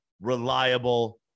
reliable